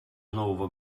нового